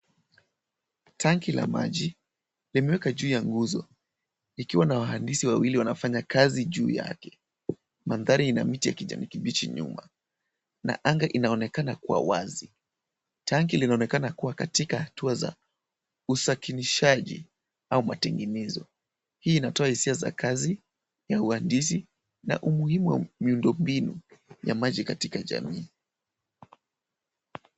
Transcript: Tanki la maji limeweka juu ya nguzo likiwa na wahandisi wawili wanafanya kazi juu yake. Mandhari ina miti ya kijani kibichi nyuma na anga inaonekana kuwa wazi. Tanki linaonekana kuwa katika hatua za usakilishaji au matengenezo. Hii inatoa hisia za kazi ya uhandisi na umuhimu wa miundombinu ya maji katika jamii.